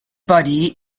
body